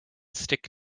stick